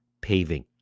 paving